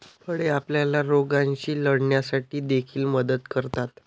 फळे आपल्याला रोगांशी लढण्यासाठी देखील मदत करतात